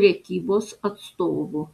prekybos atstovu